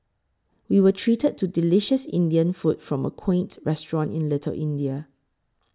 we were treated to delicious Indian food from a quaint restaurant in Little India